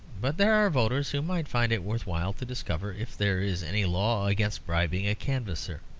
but there are voters who might find it worth while to discover if there is any law against bribing a canvasser.